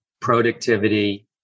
productivity